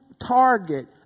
target